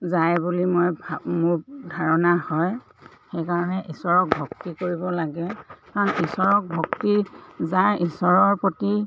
যায় বুলি মই ভা মোৰ ধাৰণা হয় সেইকাৰণে ঈশ্বৰক ভক্তি কৰিব লাগে কাৰণ ঈশ্বৰক ভক্তি যায় ঈশ্বৰৰ প্ৰতি